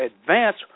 advance